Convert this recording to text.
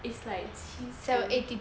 it's like 七十